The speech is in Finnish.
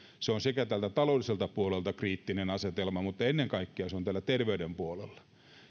se on sekä taloudelliselta puolelta kriittinen asetelma mutta ennen kaikkea se on terveyden puolella